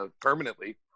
permanently